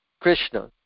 Krishna